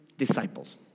disciples